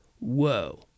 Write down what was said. Whoa